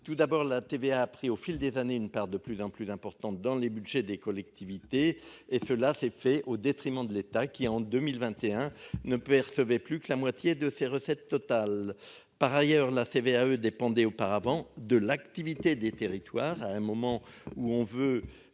Tout d'abord la TVA a pris au fil des années une part de plus en plus importante dans les Budgets des collectivités et cela s'est fait au détriment de l'État qui en 2021 ne percevait plus que la moitié de ses recettes totales. Par ailleurs la CVAE dépendait auparavant de l'activité des territoires à un moment où on veut